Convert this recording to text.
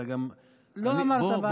לא אמרת בהתחלה.